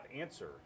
answer